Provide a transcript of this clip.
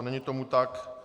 Není tomu tak.